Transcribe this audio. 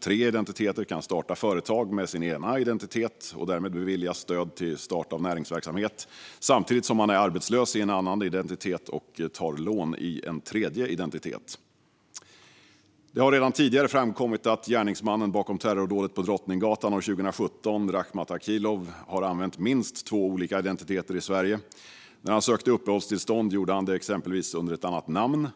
tre identiteter kan starta företag med sin ena identitet och därmed beviljas stöd till start av näringsverksamhet, samtidigt som man är arbetslös i en annan identitet och tar lån i en tredje identitet. Det har redan tidigare framkommit att gärningsmannen bakom terrordådet på Drottninggatan 2017, Rakhmat Akilov, har använt minst två olika identiteter i Sverige. När han sökte uppehållstillstånd gjorde han det exempelvis under ett annat namn.